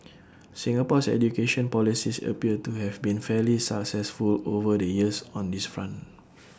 Singapore's education policies appear to have been fairly successful over the years on this front